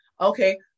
Okay